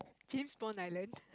James Bond Island